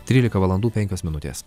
trylika valandų penkios minutės